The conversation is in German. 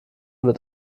wird